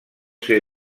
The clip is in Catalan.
ser